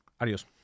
adios